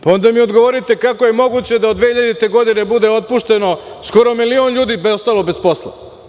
Pa onda mi odgovorite kako je moguće da od 2000. godine bude otpušteno skoro milion ljudi da je ostalo bez posla.